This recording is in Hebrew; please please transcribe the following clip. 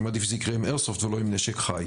אני מעדיף שזה יקרה עם איירסופט ולא עם נשק חי.